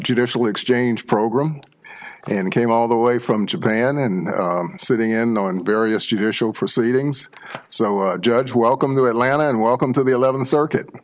judicial exchange program and came all the way from japan and sitting in no and various judicial proceedings so judge welcome to atlanta and welcome to the eleventh circuit